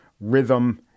rhythm